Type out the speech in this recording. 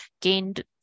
gained